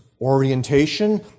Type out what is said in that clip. orientation